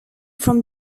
from